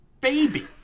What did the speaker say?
baby